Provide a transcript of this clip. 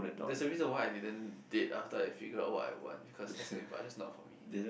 there's a reason why I didn't date after I figured out what I want because s_m_u people are just not for me